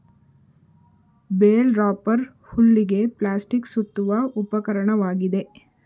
bale wrapper ಹುಲ್ಲಿಗೆ plastic ಸುತ್ತುವ ಉಪಕರಣವಾಗಿದೆ